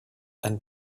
and